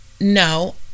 no